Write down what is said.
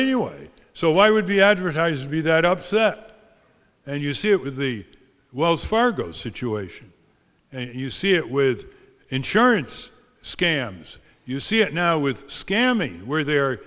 anyway so why would be advertised to be that upset and you see it with the wells fargo situation and you see it with insurance scams you see it now with scamming where there